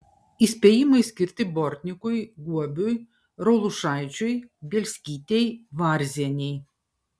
įspėjimai skirti bortnikui guobiui raulušaičiui bielskytei varzienei